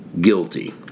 guilty